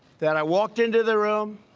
that i walked into the room,